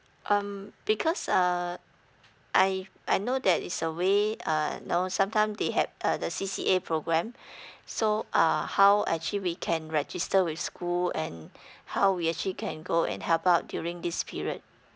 um because uh I I know there is a way uh you know sometime they have uh the C_C_A program so uh how actually we can register with school and how we actually can go and help out during this period